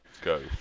Go